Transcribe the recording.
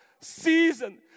season